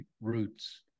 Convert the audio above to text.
roots